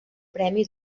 premi